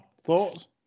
thoughts